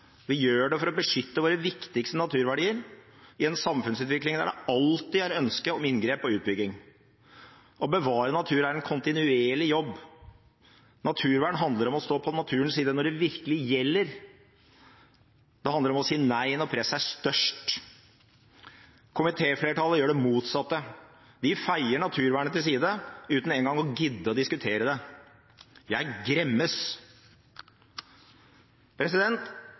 Vi gjør det for å beskytte våre viktigste naturverdier i en samfunnsutvikling der det alltid er et ønske om inngrep og utbygging. Å bevare natur er en kontinuerlig jobb. Naturvern handler om å stå på naturens side når det virkelig gjelder. Det handler om å si nei når presset er størst. Komitéflertallet gjør det motsatte. De feier naturvernet til side, uten engang å gidde å diskutere det. Jeg gremmes.